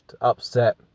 upset